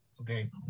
Okay